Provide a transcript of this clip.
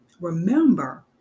Remember